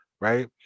right